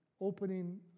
opening